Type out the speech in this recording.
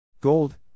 Gold